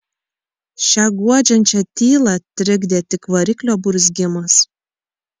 šią guodžiančią tylą trikdė tik variklio burzgimas